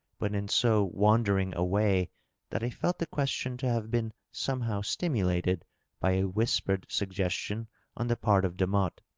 but in so wander ing a way that i felt the question to have been somehow stimulated by a whispered suggestion on the part of demotte.